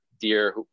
dear